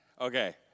Okay